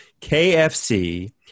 KFC